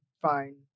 fine